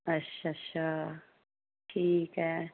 अच्छा अच्छा ठीक ऐ